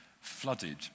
flooded